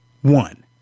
one